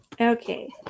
Okay